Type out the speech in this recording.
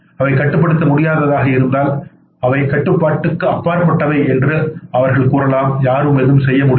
அவை கட்டுப்படுத்த முடியாததாக இருந்தால் அவை கட்டுப்பாட்டுக்கு அப்பாற்பட்டவை என்று அவர்கள் கூறலாம் யாரும் எதுவும் செய்ய முடியாது